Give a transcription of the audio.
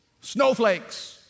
Snowflakes